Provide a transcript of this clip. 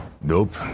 Nope